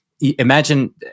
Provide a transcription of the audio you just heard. imagine